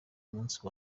munsi